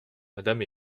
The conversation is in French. madame